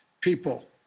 people